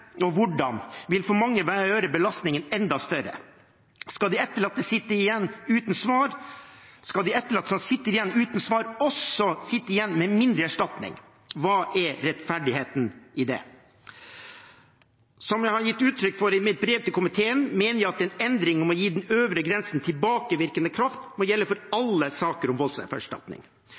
og hvordan vil for mange gjøre belastningen enda større. Skal de etterlatte som sitter igjen uten svar, også sitte igjen med mindre erstatning – hva er rettferdigheten i det? Som det er gitt uttrykk for i brevet til komiteen, mener vi at en endring om å gi den øvre grensen tilbakevirkende kraft må gjelde for alle saker om voldsoffererstatning.